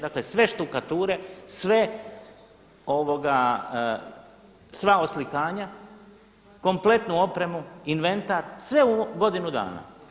Dakle, sve štukature, sva oslikanja, kompletnu opremu, inventar, sve u godinu dana.